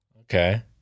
Okay